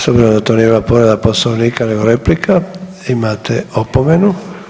S obzirom da to nije bila povreda Poslovnika nego replika, imate opomenu.